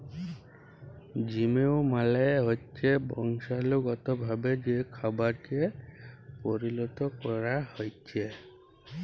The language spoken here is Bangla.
জিএমও মালে হচ্যে বংশালুগতভাবে যে খাবারকে পরিলত ক্যরা হ্যয়েছে